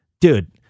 Dude